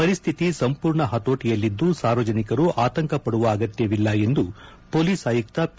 ಪರಿಸ್ತಿತಿ ಸಂಪೂರ್ಣ ಪತೋಟಿಯಲ್ಲಿದ್ದು ಸಾರ್ವಜನಿಕರು ಆತಂಕ ಪಡುವ ಅಗತ್ಯವಿಲ್ಲ ಎಂದು ಪೋಲೀಸ್ ಆಯುಕ್ತ ಪಿ